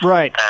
Right